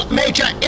major